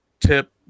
tip